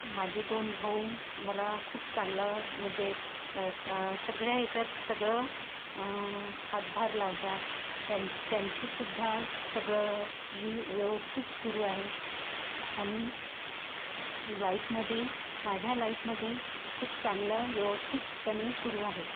माझे दोन भाऊ मला खूप चांगलं म्हणजे स सगळ्या हेच्यात सगळं हातभार लावतात त्यां त्यांचंसुद्धा सगळं वि व्यवस्थित सुरू आहे आणि लाइपमधे माझ्या लाईफमध्ये खूप चांगलं व्यवस्थितपणे सुरू आहे